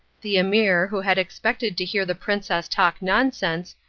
the emir, who had expected to hear the princess talk nonsense,